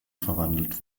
verwandelt